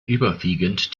überwiegend